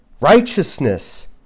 righteousness